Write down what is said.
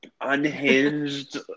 unhinged